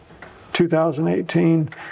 2018